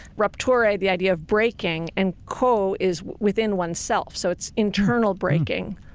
ruptore, the idea of breaking and co, is within oneself. so it's internal breaking.